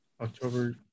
October